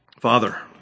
Father